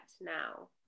now